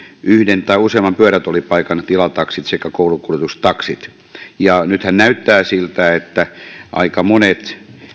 yhden tai useamman pyörätuolipaikan tilataksit sekä koulukuljetustaksit nythän näyttää siltä että aika monet